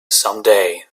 someday